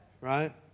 Right